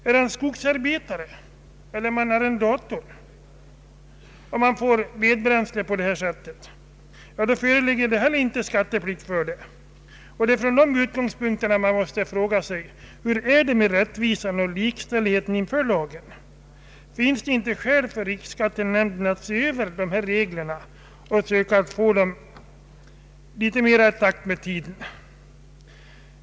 Är han skogsarbetare eller arrendator och får vedbränsle på detta sätt föreligger icke heller skatteplikt. Det är från dessa utgångspunkter man måste fråga sig hur det är med rättvisan och likställigheten inför lagen. Finns det inte skäl för riksskattenämnden att se över dessa regler och försöka få dem litet mer i takt med tiden?